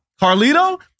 Carlito